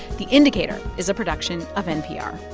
the indicator is a production of npr